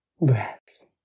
breaths